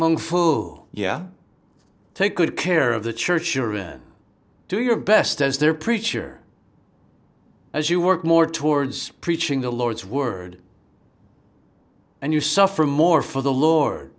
among forty yeah take good care of the church sure and do your best as their preacher as you work more towards preaching the lord's word and you suffer more for the lord